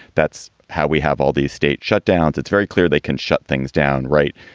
that's how we have all these state shut downs. it's very clear they can shut things down. right.